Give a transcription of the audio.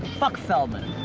fuck feldman.